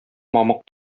мамык